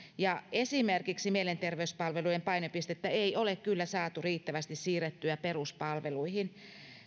ja esimerkiksi mielenterveyspalvelujen painopistettä ei ole kyllä saatu riittävästi siirrettyä peruspalveluihin